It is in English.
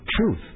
truth